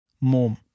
mom